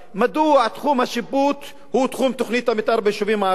מדוע תחום השיפוט הוא תחום תוכנית המיתאר ביישובים הערביים?